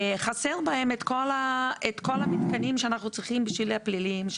חסר בהם את כל המתקנים שאנחנו צריכים בשביל הפליליים,